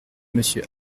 monsieur